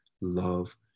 love